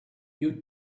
you